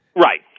Right